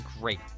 great